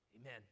amen